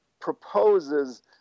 proposes